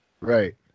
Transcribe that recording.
Right